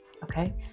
Okay